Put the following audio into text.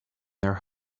their